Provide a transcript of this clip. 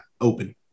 open